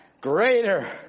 Greater